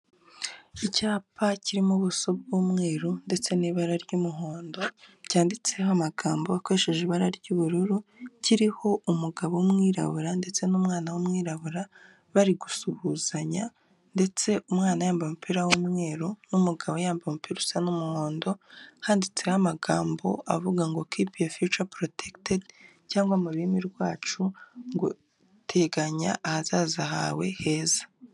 Icyapa kiri mu buso bw'umweru ndetse n'ibara ry'umuhondo, ryanditseho amagambo akoresheje ibara ry'ubururu kiriho umugabo w'umwirabura ndetse n'umwana w'umwirabura bari gusuhuzanya ndetse umwana yambaye umupira w'umweru n'umugabo yambaye umupi usa n'umuhondo, handitseho amagambo avuga ngo: Keep your future protected cyangwa mu rurimi rwacu ngo teganya ahazaza hawe heza.